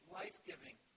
life-giving